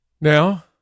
Now